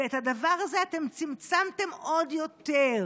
ואת הדבר הזה אתם צמצמתם עוד יותר.